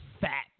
fat